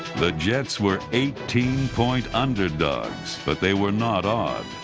the jets were eighteen point underdogs, but they were not awed.